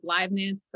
liveness